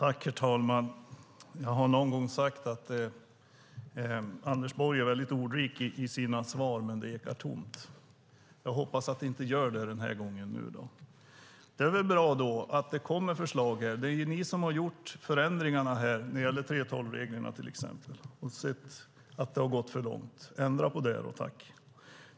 Herr talman! Jag har någon gång sagt att Anders Borg är väldigt ordrik i sina svar men att det ekar tomt. Jag hoppas att det inte gör det den här gången. Det är väl bra att det kommer förslag. Det är ju ni som har gjort förändringarna när det till exempel gäller 3:12-reglerna. Ni har sett att det har gått för långt - ändra på det då, tack!